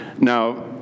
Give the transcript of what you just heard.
Now